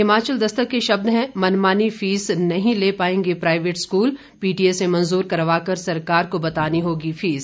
हिमाचल दस्तक के शब्द हैं मनमाफी फीस नहीं ले पाएंगे प्राइवेट स्कूल पीटीए से मंजूर करवाकर सरकार को बतानी होगी फीस